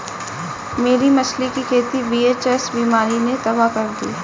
मेरी मछली की खेती वी.एच.एस बीमारी ने तबाह कर दी